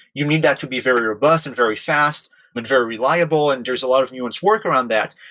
you need that to be very robust and very fast and very reliable and there's a lot of nuanced work around that.